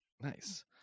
Nice